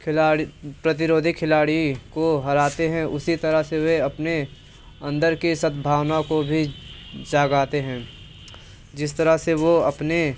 खिलाड़ी प्रतिरोधी खिलाड़ी को हराते हैं उसी तरह से वे अपने अंदर के सद्भावना को भी जागाते हैं जिस तरह से वो अपने